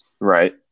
Right